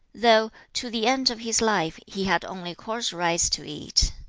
though, to the end of his life, he had only coarse rice to eat